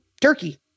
turkey